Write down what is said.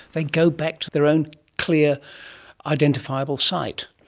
they go back to their own clear identifiable site.